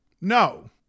No